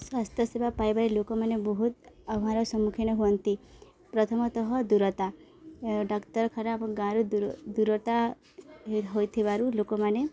ସ୍ୱାସ୍ଥ୍ୟ ସେବା ପାଇବାରେ ଲୋକମାନେ ବହୁତ ସମ୍ମୁଖୀନ ହୁଅନ୍ତି ପ୍ରଥମତଃ ଦୂରତା ଡାକ୍ତରଖାନା ଏବଂ ଗାଁରୁ ଦୂରତା ହୋଇଥିବାରୁ ଲୋକମାନେ